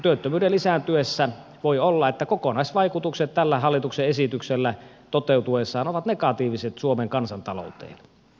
työttömyyden lisääntyessä voi olla että kokonaisvaikutukset tällä hallituksen esityksellä toteutuessaan ovat negatiiviset suomen kansantalouteen